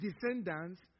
descendants